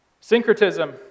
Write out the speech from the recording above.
syncretism